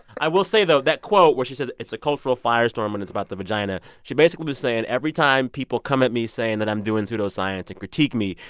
i will say, though, that quote where she says it's a cultural firestorm and it's about the vagina she basically was saying, every time people come at me saying that i'm doing pseudoscience and critique me,